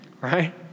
Right